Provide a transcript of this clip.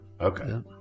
Okay